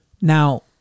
Now